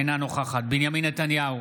אינה נוכחת בנימין נתניהו,